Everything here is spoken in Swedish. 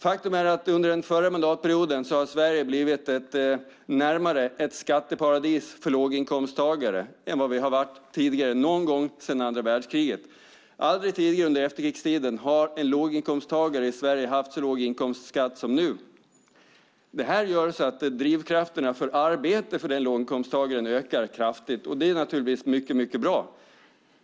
Faktum är att Sverige under den förra mandatperioden har kommit närmare ett skatteparadis för låginkomsttagare än vad man varit någon gång sedan andra världskriget. Aldrig tidigare under efterkrigstiden har en låginkomsttagare i Sverige haft så låg inkomstskatt som nu. Det här gör att drivkrafterna för arbete för den låginkomsttagaren ökar kraftigt. Det är naturligtvis mycket bra.